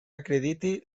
acrediti